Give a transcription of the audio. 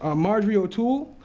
ah marjorie o'toole,